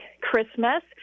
Christmas